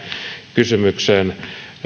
kysymykseen